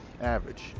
average